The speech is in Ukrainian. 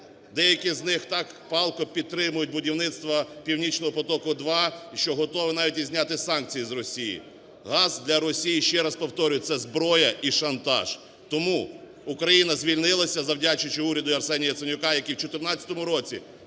Деякі з них так палко підтримують будівництво "Північного потоку-2", що готові навіть і зняти санкції з Росії. Газ для Росії, ще раз повторюю, – це зброя і шантаж. Тому Україна звільнилася, завдячуючи уряду Арсенія Яценюка, який у 14-му році